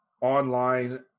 online